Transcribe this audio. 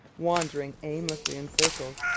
wandering aimlessly in circles,